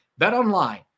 BetOnline